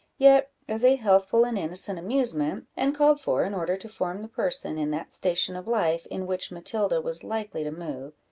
yet, as a healthful and innocent amusement, and called for in order to form the person in that station of life in which matilda was likely to move,